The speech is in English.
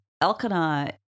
Elkanah